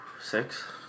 Six